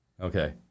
Okay